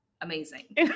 amazing